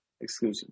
exclusive